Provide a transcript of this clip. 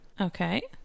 Okay